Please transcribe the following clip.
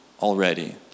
Already